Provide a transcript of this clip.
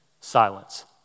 silence